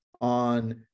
on